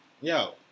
Yo